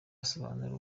asobanura